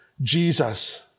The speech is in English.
Jesus